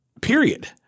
period